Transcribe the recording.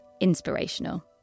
Inspirational